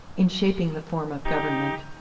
in shaping the form of government,